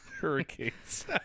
Hurricanes